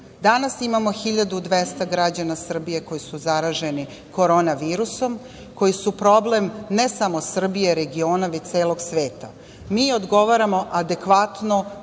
imamo 1.200 građana Srbije koji su zaraženi korona virusom, koji su problem ne samo Srbije, regiona, već celog sveta. Mi odgovaramo adekvatno,